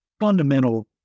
fundamental